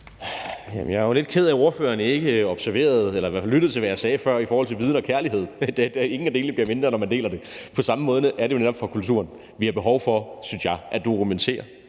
Jeg er jo lidt ked af, at ordføreren ikke observerede eller i hvert fald lyttede til, hvad jeg sagde før i forhold til viden og kærlighed. Ingen af delene bliver mindre, når man deler det. På samme måde er det jo netop for kulturen. Vi har behov for, synes jeg, at dokumentere,